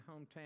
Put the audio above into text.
hometown